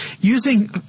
using